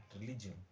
religion